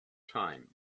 time